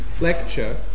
lecture